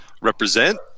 Represent